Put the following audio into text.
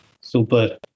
Super